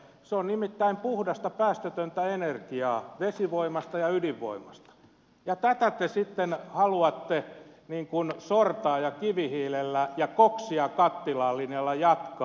se on nimittäin puhdasta päästötöntä energiaa vesivoimasta ja ydinvoimasta ja tätä te sitten haluatte sortaa ja kivihiilellä ja koksia kattilaan linjalla jatkaa